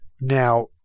Now